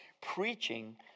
preaching